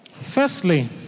Firstly